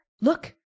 look